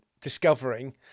discovering